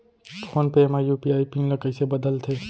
Phone पे म UPI PIN ल कइसे बदलथे?